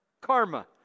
Karma